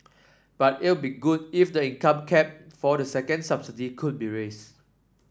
but it'd be good if the income cap for the second subsidy could be raised